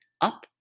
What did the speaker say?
up